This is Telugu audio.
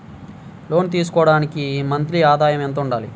లోను తీసుకోవడానికి మంత్లీ ఆదాయము ఎంత ఉండాలి?